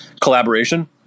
collaboration